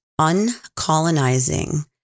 uncolonizing